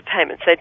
payments